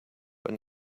but